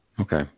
Okay